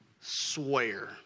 swear